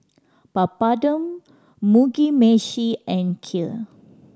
Papadum Mugi Meshi and Kheer